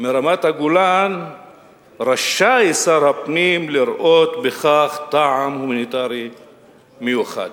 מרמת-הגולן רשאי שר הפנים לראות בכך טעם הומניטרי מיוחד.